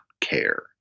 care